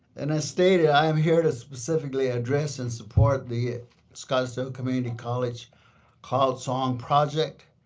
and as stated, i am here to specifically address and support the scottsdale community college cloud song project.